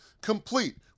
complete